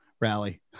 rally